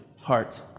heart